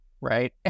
right